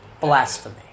Blasphemy